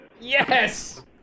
Yes